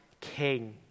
king